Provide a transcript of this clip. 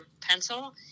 pencil